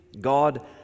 God